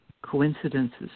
coincidences